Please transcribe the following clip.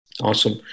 Awesome